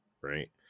right